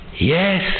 yes